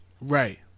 Right